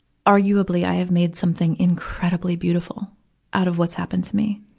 arguably, i have made something incredibly beautiful out of what's happened to me.